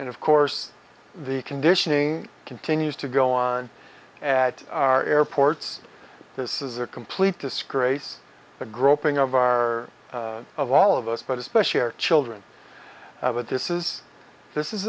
and of course the conditioning continues to go on at our airports this is a complete disgrace the groping of our of all of us but especially our children of it this is this is